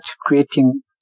creating